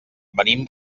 venim